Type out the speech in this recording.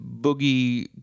boogie